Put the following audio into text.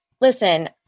listen